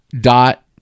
dot